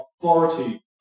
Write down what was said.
authority